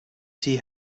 see